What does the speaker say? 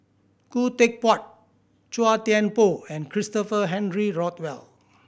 Khoo Teck Puat Chua Thian Poh and Christopher Henry Rothwell